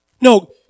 No